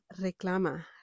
Reclama